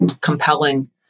compelling